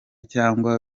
cyangwa